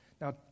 Now